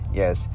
yes